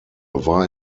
war